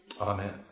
Amen